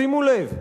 שימו לב,